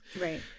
Right